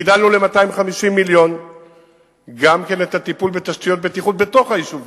הגדלנו ל-250 מיליון גם את הטיפול בתשתיות בטיחות בתוך היישובים,